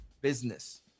business